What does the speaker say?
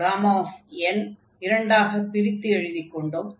n இரண்டாகப் பிரித்து எழுதிக்கொண்டோம்